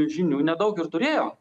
žinių nedaug ir turėjo